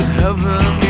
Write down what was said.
heaven